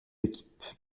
équipes